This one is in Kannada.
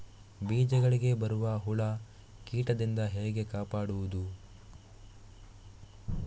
ಬೀಜಗಳಿಗೆ ಬರುವ ಹುಳ, ಕೀಟದಿಂದ ಹೇಗೆ ಕಾಪಾಡುವುದು?